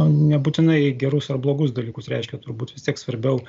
nebūtinai gerus ar blogus dalykus reiškia turbūt vis tiek svarbiau